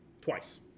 twice